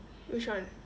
which one